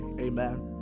amen